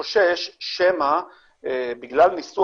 בדיון שעינו עם רשות התקשוב עמדנו על זה ושמענו מהם בסך